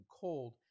cold